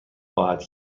خواهد